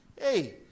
hey